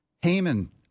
Haman